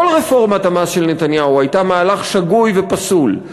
כל רפורמת המס של נתניהו הייתה מהלך שגוי ופסול.